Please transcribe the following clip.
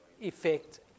effect